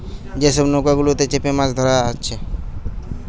যে সব নৌকা গুলাতে চেপে মাছ ধোরা হচ্ছে